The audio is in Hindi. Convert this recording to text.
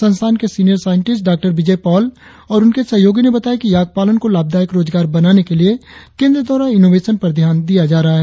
संस्थान के सिनियर साईंटिस्ट डॉ विजय पॉल और उनके सहयोगियों ने बताया है कि याक पालन को लाभ दायक रोजगार बनाने के लिए केंद्र द्वारा इनोवेशन पर ध्यान दिया जा रहा है